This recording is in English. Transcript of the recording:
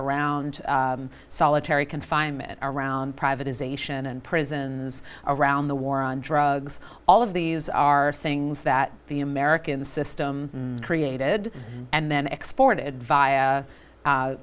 around solitary confinement around privatisation and prisons around the war on drugs all of these are things that the american system created and then